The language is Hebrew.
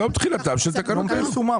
תגידו "מיום תחילתן של תקנות אלה".